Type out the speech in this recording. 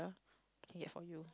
I can get for you